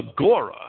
agora